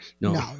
no